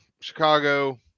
Chicago